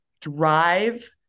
drive